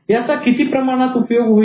याचा किती प्रमाणात उपयोग होईल